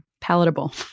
palatable